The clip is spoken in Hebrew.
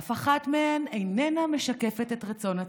ואף אחת מהן איננה משקפת את רצון הציבור,